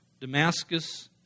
Damascus